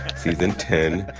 season ten.